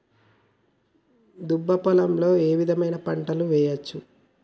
దుబ్బ పొలాల్లో ఏ విధమైన పంటలు వేయచ్చా?